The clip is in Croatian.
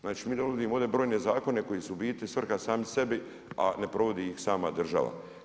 Znači, mi dovodimo ovdje brojne zakone koji su ubiti svrha sami sebi a ne provodi ih sama država.